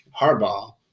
Harbaugh